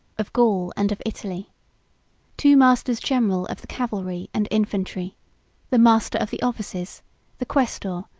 of gaul and of italy two masters-general of the cavalry and infantry the master of the offices the quaestor,